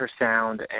ultrasound